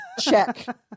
Check